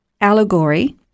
allegory